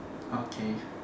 okay